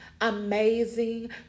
amazing